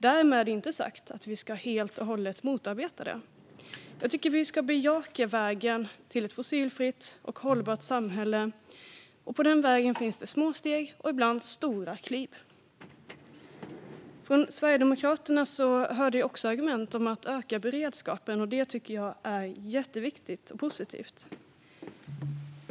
Därmed är det inte sagt att vi helt och hållet ska motarbeta detta steg. Jag tycker att vi ska bejaka vägen till ett fossilfritt och hållbart samhälle. På den vägen finns det små steg och ibland stora kliv. Från Sverigedemokraterna har jag hört argument om att öka beredskapen, vilket är jätteviktigt och positivt.